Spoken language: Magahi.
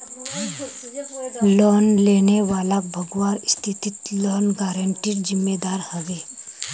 लोन लेने वालाक भगवार स्थितित लोन गारंटरेर जिम्मेदार ह बे